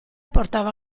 portava